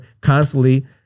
constantly